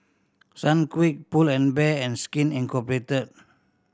Sunquick Pull and Bear and Skin Inc